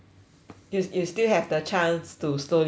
you you still have the chance to slowly find